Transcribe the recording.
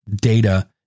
data